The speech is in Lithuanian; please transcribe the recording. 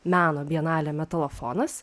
meno bienalė metalofonas